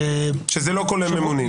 שזה לא כולל ממונים.